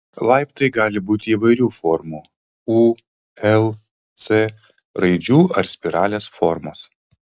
laiptai gali būti įvairių formų u l c raidžių ar spiralės formos